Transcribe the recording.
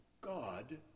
God